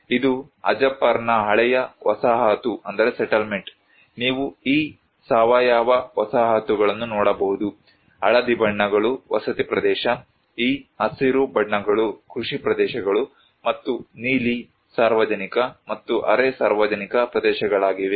ಇದು ಹಜಾಪರ್ನ ಹಳೆಯ ವಸಾಹತು ನೀವು ಈ ಸಾವಯವ ವಸಾಹತುಗಳನ್ನು ನೋಡಬಹುದು ಹಳದಿ ಬಣ್ಣಗಳು ವಸತಿ ಪ್ರದೇಶ ಈ ಹಸಿರು ಬಣ್ಣಗಳು ಕೃಷಿ ಪ್ರದೇಶಗಳು ಮತ್ತು ನೀಲಿ ಸಾರ್ವಜನಿಕ ಮತ್ತು ಅರೆ ಸಾರ್ವಜನಿಕ ಪ್ರದೇಶಗಳಾಗಿವೆ